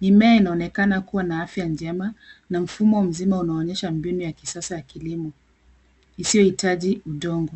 Mimea iaonekana kuwa na afya njema na mfumo mzima unaonyesha mbinu ya kisasa ya kilimo isiyohitaji udongo.